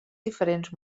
diferents